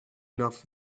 enough